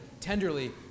tenderly